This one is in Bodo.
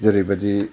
जेरैबायदि